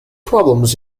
problems